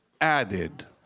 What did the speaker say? added